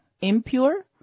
impure